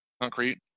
concrete